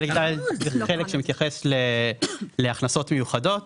חלק ד' זה חלק שמתייחס להכנסות מיוחדות,